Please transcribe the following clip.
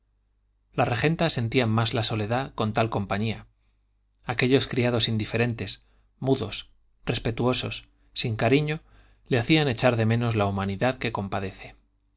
la regenta sentía más la soledad con tal compañía aquellos criados indiferentes mudos respetuosos sin cariño le hacían echar de menos la humanidad que compadece